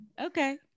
Okay